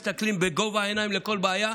מסתכלים בגובה העיניים על כל בעיה.